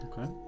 Okay